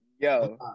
Yo